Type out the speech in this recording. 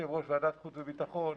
כיושב-ראש ועדת החוץ והביטחון,